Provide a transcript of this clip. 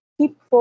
keep